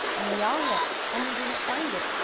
and we all looked, and we didn't find it,